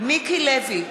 מיקי לוי,